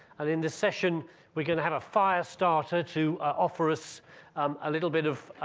and in this session we're gonna have a fire starter to offer us um a little bit of